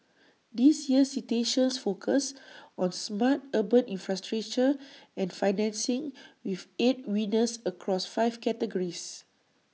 this year's citations focus on smart urban infrastructure and financing with eight winners across five categories